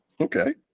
Okay